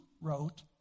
wrote